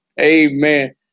Amen